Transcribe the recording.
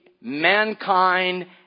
mankind